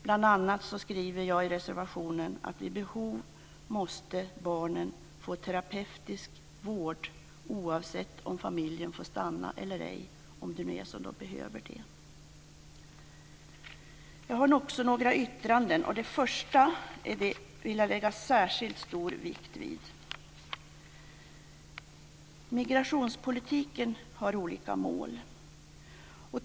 I reservationen skriver jag bl.a. att vid behov måste barnen få terapeutisk vård oavsett om familjen får stanna eller ej. Jag har också några särskilda yttranden. Det första vill jag lägga särskilt stor vikt vid. Migrationspolitiken har olika mål.